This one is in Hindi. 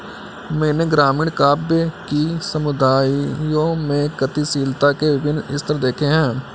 मैंने ग्रामीण काव्य कि समुदायों में गतिशीलता के विभिन्न स्तर देखे हैं